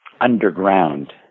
underground